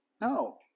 no